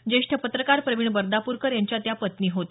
ज्येष्ठ पत्रकार प्रवीण बर्दापूरकर यांच्या त्या पत्नी होत